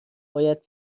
باید